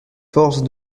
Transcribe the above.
forces